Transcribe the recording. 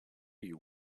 you